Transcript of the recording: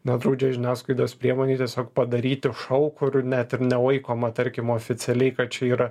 nedraudžia žiniasklaidos priemonei tiesiog padaryti šou kur net ir nelaikoma tarkim oficialiai kad čia yra